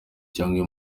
cyangwa